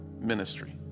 ministry